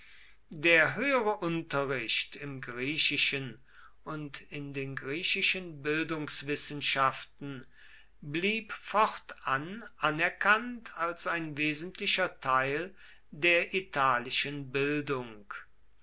der höhere unterricht im griechischen und in den griechischen bildungswissenschaften blieb fortan anerkannt als ein wesentlicher teil der italischen bildung